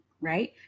right